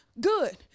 Good